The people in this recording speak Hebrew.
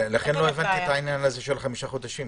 לכן לא הבנתי מה העניין של חמישה חודשים.